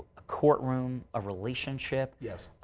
courtroom, a relationship. yes.